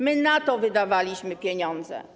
My na to wydawaliśmy pieniądze.